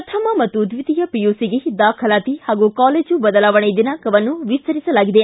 ಪ್ರಥಮ ಮತ್ತು ದ್ವಿತೀಯ ಪಿಯುಸಿಗೆ ದಾಖಲಾತಿ ಹಾಗೂ ಕಾಲೇಜು ಬದಲಾವಣೆ ದಿನಾಂಕವನ್ನು ವಿಸ್ತರಿಸಲಾಗಿದೆ